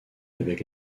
avec